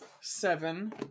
Seven